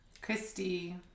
Christy